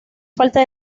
falta